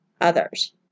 others